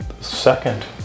second